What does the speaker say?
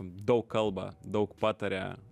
daug kalba daug pataria